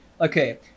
okay